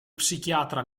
psichiatra